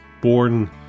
born